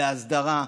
בהסדרה,